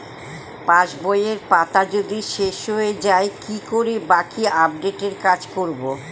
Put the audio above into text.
পাসবইয়ের পাতা যদি শেষ হয়ে য়ায় কি করে বাকী আপডেটের কাজ করব?